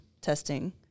testing